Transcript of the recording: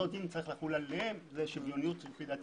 אותו דין צריך לחול על כולם והשוויוניות מחויבת.